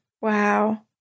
Wow